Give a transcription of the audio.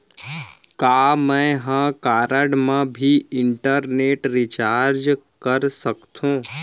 का मैं ह कारड मा भी इंटरनेट रिचार्ज कर सकथो